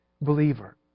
believer